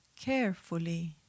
carefully